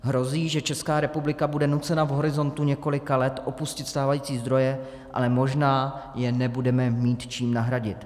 Hrozí, že Česká republika bude nucena v horizontu několika let opustit stávající zdroje, ale možná je nebudeme mít čím nahradit.